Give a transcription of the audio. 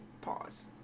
Pause